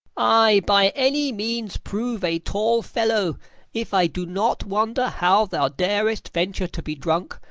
ay, by any means, prove a tall fellow if i do not wonder how thou darest venture to be drunk,